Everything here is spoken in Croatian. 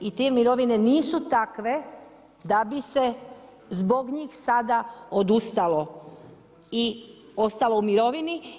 I te mirovine nisu takve da bi se zbog njih sada odustalo i ostalo u mirovini.